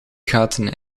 gaten